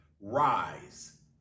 Rise